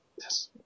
yes